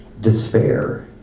despair